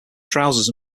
trousers